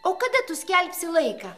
o kada tu skelbsi laiką